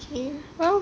oh